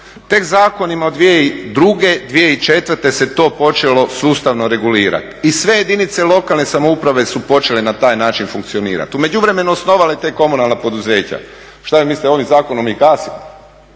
Tek zakonima od 2002./2004. se to počelo sustavno regulirati i sve jedinice lokalne samouprave su počele na taj način funkcionirati. U međuvremenu osnovale ta komunalna poduzeća. Što mislite, ovim zakonom … i